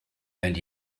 and